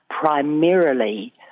primarily